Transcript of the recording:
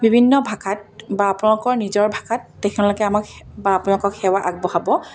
বিভিন্ন ভাষাত বা আপোনালোকৰ নিজৰ ভাষাত তেখেতলোকে আমাক বা আপোনালোকক সেৱা আগবঢ়াব